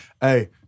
Hey